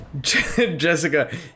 Jessica